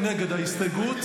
הוא נגד ההסתייגות.